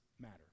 matter